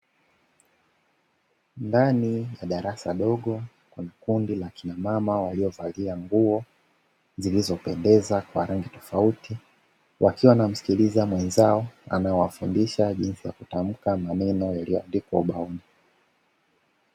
Ndani ya darasa dogo kuna kundi la wakina mama waliovalia nguo zilizo pendeza kwa rangi tofauti wakiwa wanamsikiliza mwenzao anaewafundisha jinsi ya kutamka maneno yaliyo andikwa ubaoni.